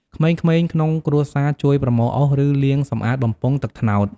ក្មេងៗក្នុងគ្រួសារជួយប្រមូលអុស ឬលាងសម្អាតបំពង់ទឹកត្នោត។